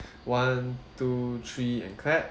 one two three and clap